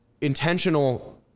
Intentional